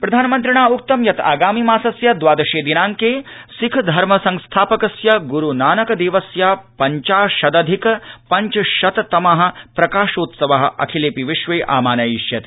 प्रधानमन्त्रिणा उक्तं यत् आगामि मासस्य द्वादशे दिनाङ्के सिक्खधर्म संस्थापकस्य ग्रु नानकदेवस्य पञ्चाशदधिक पञ्चशततम प्रकाशोत्सव अखिलेऽपि विश्वे आमानयिष्यते